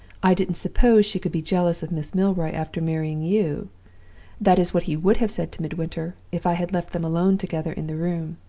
i didn't suppose she could be jealous of miss milroy after marrying you that is what he would have said to midwinter, if i had left them alone together in the room!